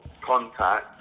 contact